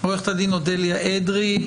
אדרי,